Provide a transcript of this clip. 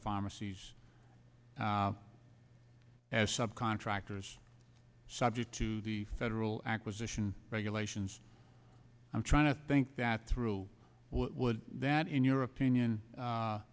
pharmacies as subcontractors subject to the federal acquisition regulations i'm trying to think that through what would that in your opinion